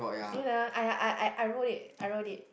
you know I I I I wrote it I wrote it